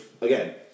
again